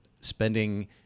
spending